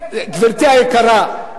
גברתי היקרה,